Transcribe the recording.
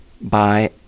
by